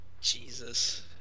Jesus